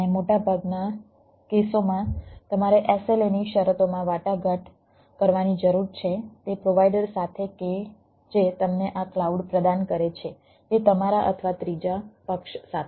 અને મોટાભાગના કેસોમાં તમારે SLA ની શરતોમાં વાટાઘાટ કરવાની જરૂર છે તે પ્રોવાઈડર સાથે કે જે તમને આ ક્લાઉડ પ્રદાન કરે છે તે તમારા અથવા ત્રીજા પક્ષ સાથે